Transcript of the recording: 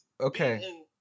Okay